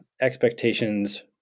expectations